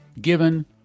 given